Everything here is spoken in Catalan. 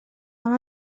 amb